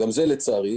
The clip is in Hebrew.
לצערי.